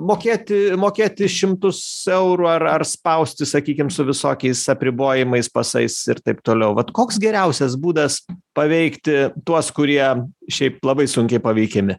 mokėti mokėti šimtus eurų ar ar spausti sakykim su visokiais apribojimais pasais ir taip toliau vat koks geriausias būdas paveikti tuos kurie šiaip labai sunkiai paveikiami